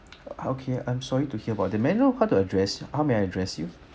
okay I'm sorry to hear about that may I know what to address how may I address you